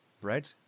bread